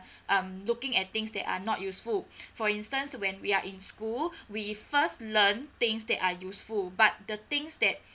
um looking at things that are not useful for instance when we are in school we first learn things that are useful but the things that